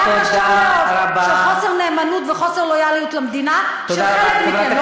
בעיה קשה מאוד של חוסר נאמנות וחוסר לויאליות למדינה של חלק מכם,